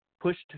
Pushed